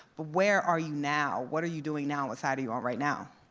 but where are you now? what are you doing now? what side are you on right now?